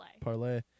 Parlay